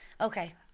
Okay